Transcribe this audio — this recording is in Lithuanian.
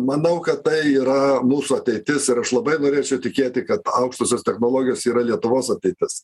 manau kad tai yra mūsų ateitis ir aš labai norėčiau tikėti kad aukštosios technologijos yra lietuvos ateitis